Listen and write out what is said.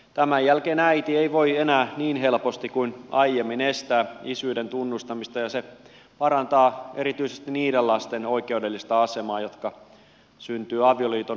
tämän jälkeen äiti ei voi enää niin helposti kuin aiemmin estää isyyden tunnustamista ja se parantaa erityisesti niiden lasten jotka syntyvät avioliiton ulkopuolella oikeudellista asemaa